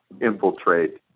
infiltrate